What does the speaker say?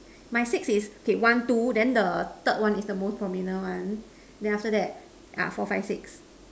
my six is okay one two then the third one is the most prominent one then after that ah four five six